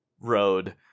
road